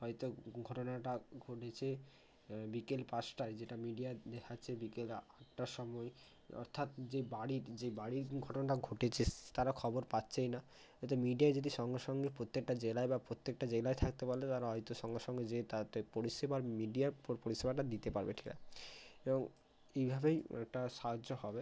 হয়তো ঘটনাটা ঘটেছে বিকেল পাঁচটায় যেটা মিডিয়া দেখাচ্ছে বিকেল আটটার সময় অর্থাৎ যে বাড়ির যে বাড়ির ঘটনাটা ঘটেছে তারা খবর পাচ্ছেই না এতে মিডিয়া যদি সঙ্গে সঙ্গে প্রত্যেকটা জেলায় বা প্রত্যেকটা জেলায় থাকতে পারলে তারা হয়তো সঙ্গে সঙ্গে যেয়ে তাদের পরিষেবার মিডিয়ার পরিষেবাটা দিতে পারবে ঠিক এবং এইভাবেই এটা সাহায্য হবে